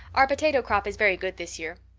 our potato crop is very good this year.